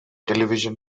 television